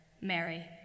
Mary